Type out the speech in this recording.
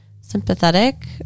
sympathetic